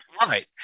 Right